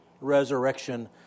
resurrection